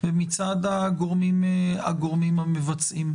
ומצד הגורמים המבצעים.